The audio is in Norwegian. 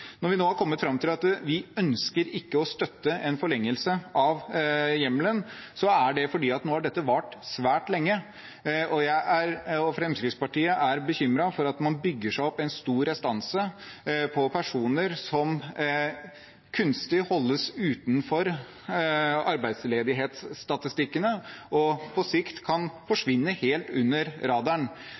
Når vi nå har kommet fram til at vi ikke ønsker å støtte en forlengelse av hjemmelen, er det fordi dette nå har vart svært lenge, og Fremskrittspartiet er bekymret for at man bygger seg opp en stor restanse av personer som kunstig holdes utenfor arbeidsledighetsstatistikkene og på sikt kan forsvinne helt under